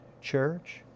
church